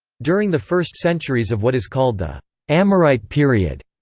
during the first centuries of what is called the amorite period,